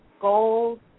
gold